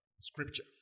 scripture